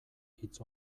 hitz